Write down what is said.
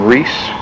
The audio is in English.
Reese